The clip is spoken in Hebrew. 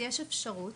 אז קיימת אפשרות